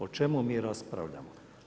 O čemu mi raspravljamo?